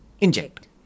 inject